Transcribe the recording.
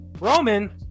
Roman